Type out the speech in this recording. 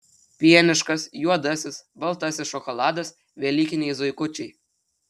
pieniškas juodasis baltasis šokoladas velykiniai zuikučiai